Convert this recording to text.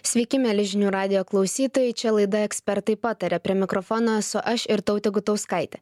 sveiki mieli žinių radijo klausytojai čia laida ekspertai pataria prie mikrofono esu aš irtautė gutauskaitė